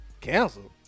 Canceled